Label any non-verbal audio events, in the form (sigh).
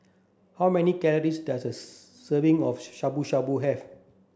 how many calories does a (unintelligible) serving of Shabu Shabu have